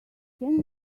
can